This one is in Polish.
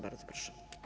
Bardzo proszę.